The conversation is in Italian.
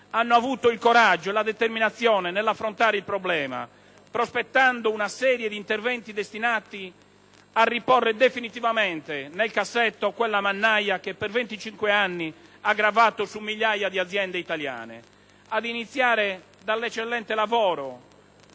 hanno avuto il coraggio e la determinazione di affrontare il problema, prospettando una serie di interventi destinati a riporre definitivamente nel cassetto quella mannaia che per venticinque anni ha gravato su migliaia di aziende italiane, ad iniziare dall'eccellente lavoro